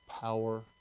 power